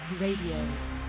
Radio